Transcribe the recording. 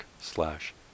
slash